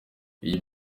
iyi